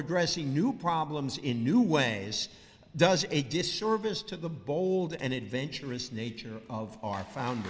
addressing new problems in new ways does a disservice to the bold and it venturous nature of our found